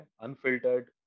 unfiltered